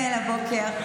לנהל הבוקר.